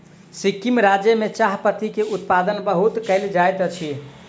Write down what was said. सिक्किम राज्य में चाह पत्ती के उत्पादन बहुत कयल जाइत अछि